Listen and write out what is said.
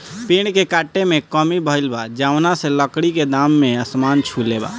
पेड़ के काटे में कमी भइल बा, जवना से लकड़ी के दाम आसमान छुले बा